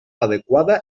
adequada